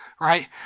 right